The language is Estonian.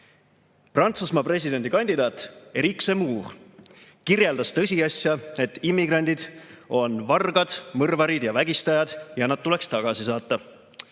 Prantsusmaa presidendikandidaat Éric Zemmour kirjeldas tõsiasja, et immigrandid on vargad, mõrvarid ja vägistajaid ja nad tuleks tagasi saata.